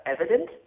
Evident